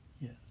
Yes